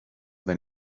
than